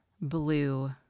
blue